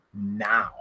now